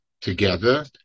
together